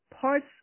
parts